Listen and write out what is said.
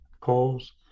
calls